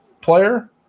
Player